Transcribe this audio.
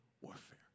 warfare